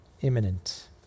Imminent